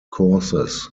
courses